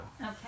Okay